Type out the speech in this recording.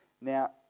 Now